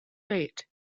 fate